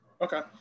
Okay